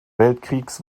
weltkriegs